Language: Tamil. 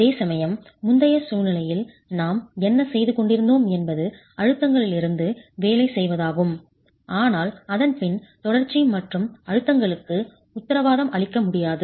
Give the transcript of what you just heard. அதேசமயம் முந்தைய சூழ்நிலையில் நாம் என்ன செய்து கொண்டிருந்தோம் என்பது அழுத்தங்களிலிருந்து வேலை செய்வதாகும் ஆனால் அதன் பின் தொடர்ச்சி மற்றும் அழுத்தங்களுக்கு உத்தரவாதம் அளிக்க முடியாது